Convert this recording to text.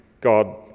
God